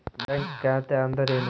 Bank ಖಾತೆ ಅಂದರೆ ಏನು?